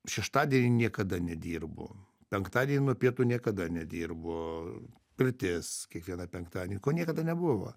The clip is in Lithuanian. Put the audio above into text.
šeštadienį niekada nedirbu penktadienį nuo pietų niekada nedirbu pirtis kiekvieną penktadienį ko niekada nebuvo